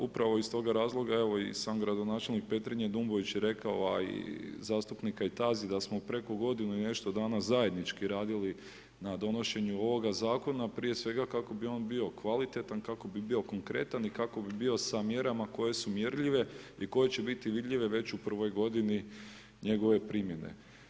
Upravo iz toga razloga i sam gradonačelnik Petrinje ... je rekao, a i zastupnik Kajtazi da smo u preko godinu i nešto dana zajednički radili na donošenju ovoga zakona, prije svega kako bi on bio kvalitetan, kako bi bio konkretan i kako bi bio sa mjerama koje su mjerljive i koje će biti vidljive već u prvoj godini njegove primjene.